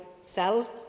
sell